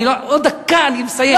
עוד דקה אני מסיים.